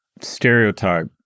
stereotype